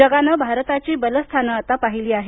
जगानं भारताची बलस्थानं पाहिली आहेत